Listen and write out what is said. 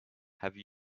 have